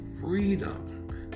freedom